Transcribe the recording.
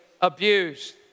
abused